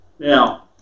Now